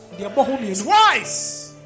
twice